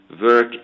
work